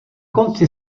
konci